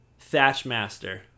Thatchmaster